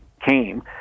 came